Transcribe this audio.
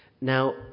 Now